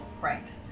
Right